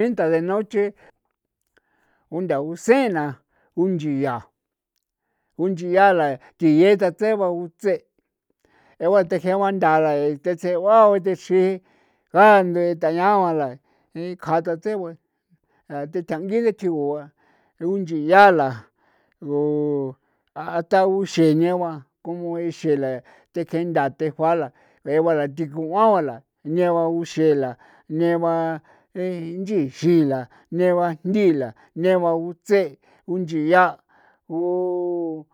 Binthaa de noche undaa unseen na unchia unchia la thie tseba utse jeo ba utjee'u ba nthaa nthaa la te tseo ba ti ngandee tayaa ba la ntha ikja nthathee ba a ti tangi are tjigu ba ruu nchia la go a utheexeñeba como xee la thekue nthaa thejua la ko jee ba diko'an ba nee ba uxee la nee ba unchiixi la nee ba ndila nee ba utse unchian u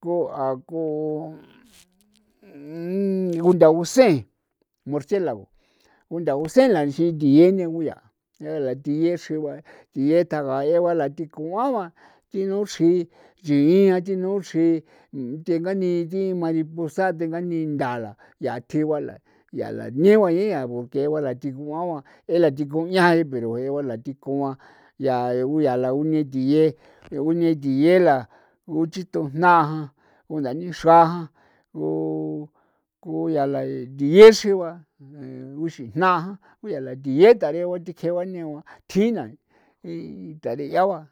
kua ku undaunseen murcielago undelausee tie nee ko yaa thie chre ba tie tjagae la tie ko uala yi no tjin tii tino tchrjii nthengani ti mariposa thengani nthaa la yaa tji ba la yaa la negua ba yaa la thi diko'an ba jee ba ti kuñae ba jee la ti kuan ba unee tie la uchiito jnaa undanixra ko yaa la tie xi ba uxijna yaa la tie ndario ba tji ba neo ba tjin ba ithari'a ba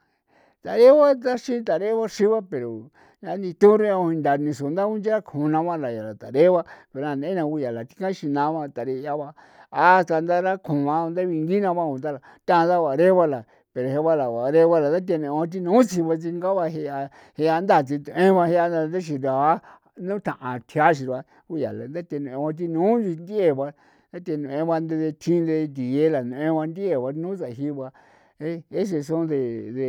taree gua taxin ba pero a nito yaa neba pero yaa nai teeba hasta ndara kjua'an binti naa la ba ta tharegua al pero je'o ba la daree ba la ndatene tino tsjio tsinga ba ji'a je'a nda tsitue ba ndadexia ba undaa tsji xian ku yaa la tenea ba ti ni nthiee ba thenue ba ti no de thie tino nthiee ba tino sijii la ese son de.